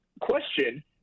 question